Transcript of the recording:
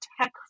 tech